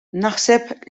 naħseb